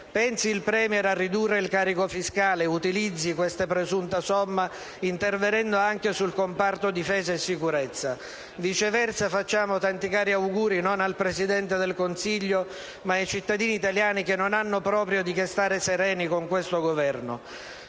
pensi il *Premier* a ridurre il carico fiscale ed utilizzi eventualmente questa presunta somma intervenendo anche sul comparto difesa e sicurezza. Viceversa, facciamo tanti cari auguri non al Presidente del Consiglio, ma ai cittadini italiani che non hanno proprio di che stare sereni con questo Governo!